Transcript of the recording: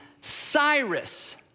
Cyrus